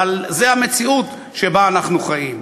אבל זו המציאות שבה אנחנו חיים.